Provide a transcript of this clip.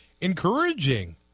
encouraging